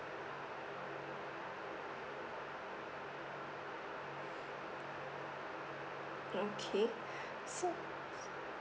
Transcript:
okay so